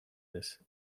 this